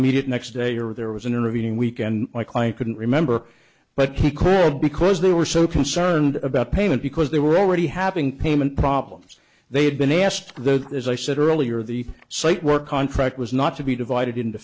immediate next day or there was an intervening weekend my client couldn't remember but he called because they were so concerned about payment because they were already having payment problems they had been asked those as i said earlier the site work contract was not to be divided into